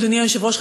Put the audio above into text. אדוני היושב-ראש,